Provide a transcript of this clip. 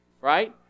Right